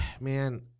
man